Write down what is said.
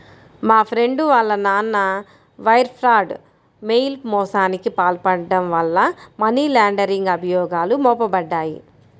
మా ఫ్రెండు వాళ్ళ నాన్న వైర్ ఫ్రాడ్, మెయిల్ మోసానికి పాల్పడటం వల్ల మనీ లాండరింగ్ అభియోగాలు మోపబడ్డాయి